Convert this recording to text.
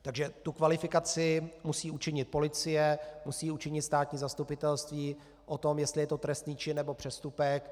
Takže tu kvalifikaci musí učinit policie, musí učinit státní zastupitelství o tom, jestli je to trestný čin, nebo přestupek.